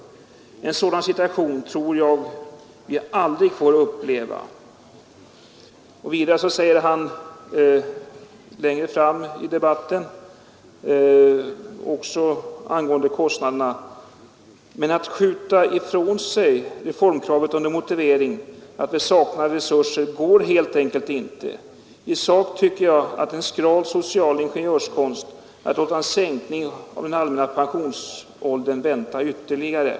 En sådan situation tror jag vi aldrig får uppleva.” Längre fram i debatten sade han, också angående kostnaderna: ”Men att skjuta ifrån sig reformkravet under motivering att vi saknar resurser går helt enkelt inte. I sak tycker jag det är en skral social ingenjörskonst att låta en sänkning av den allmänna pensionsåldern vänta ytterligare.